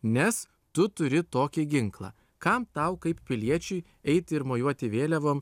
nes tu turi tokį ginklą kam tau kaip piliečiui eiti ir mojuoti vėliavom